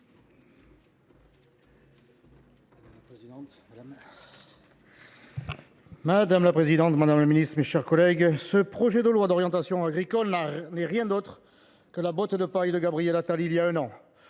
Madame la présidente, madame la ministre, mes chers collègues, ce projet de loi d’orientation agricole n’est rien d’autre que la botte de paille de Gabriel Attal, il y a un an,